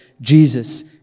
Jesus